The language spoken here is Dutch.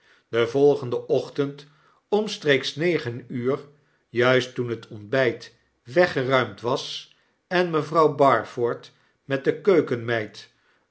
den volgenden ochtend omstreeks negen uur juist toen het ontbyt weggeruimd was en mevrouw barford met de keukenmeid